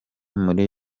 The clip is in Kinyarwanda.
muri